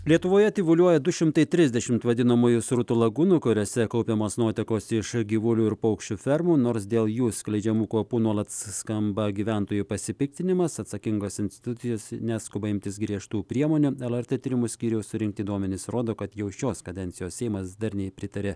lietuvoje tyvuliuoja du šimtai trisdešimt vadinamųjų srutų lagūnų kuriose kaupiamos nuotekos iš gyvulių ir paukščių fermų nors dėl jų skleidžiamų kvapų nuolat skamba gyventojų pasipiktinimas atsakingos institucijos neskuba imtis griežtų priemonių lrt tyrimų skyriaus surinkti duomenys rodo kad jau šios kadencijos seimas darniai pritarė